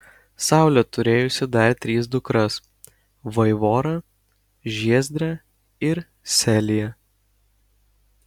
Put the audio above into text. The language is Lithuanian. saulė turėjusi dar tris dukras vaivorą žiezdrę ir seliją